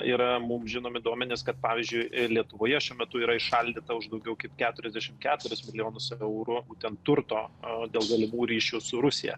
yra mum žinomi duomenys kad pavyzdžiui lietuvoje šiuo metu yra įšaldyta už daugiau kaip keturiasdešim keturis milijonus eurų būtent turto a dėl galimų ryšių su rusija